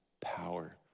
power